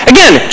Again